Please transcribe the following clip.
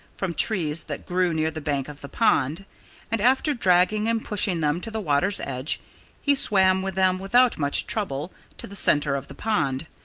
from trees that grew near the bank of the pond and after dragging and pushing them to the water's edge he swam with them, without much trouble, to the center of the pond,